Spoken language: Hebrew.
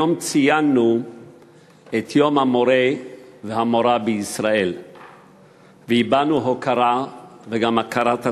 היום ציינו את יום המורה והמורָה בישראל והבענו הוקרה וגם הכרת הטוב.